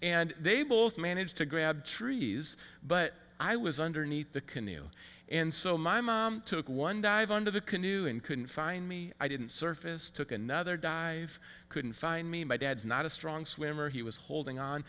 and they both managed to grab trees but i was underneath the canoe and so my mom took one dive under the canoe and couldn't find me i didn't surface took another dive couldn't find me my dad's not a strong swimmer he was holding on